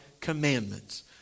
commandments